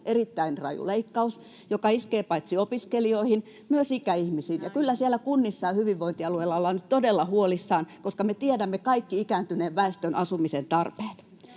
erittäin raju, leikkaus, joka iskee paitsi opiskelijoihin myös ikäihmisiin. Kyllä siellä kunnissa ja hyvinvointialueilla ollaan nyt todella huolissaan, koska me tiedämme kaikki ikääntyneen väestön asumisen tarpeet.